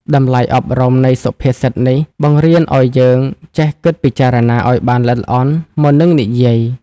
តម្លៃអប់រំនៃសុភាសិតនេះបង្រៀនឱ្យយើងចេះគិតពិចារណាឱ្យបានល្អិតល្អន់មុននឹងនិយាយ។